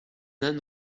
âne